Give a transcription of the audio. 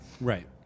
Right